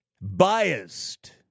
biased